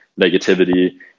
negativity